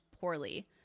poorly